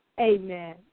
Amen